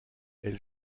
elle